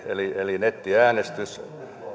eli eli nettiäänestys